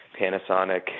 Panasonic